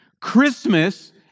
Christmas